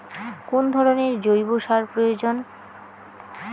কোন ধরণের জৈব সার প্রয়োজন?